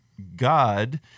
God